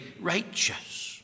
Righteous